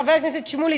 חבר הכנסת שמולי,